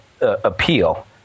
appeal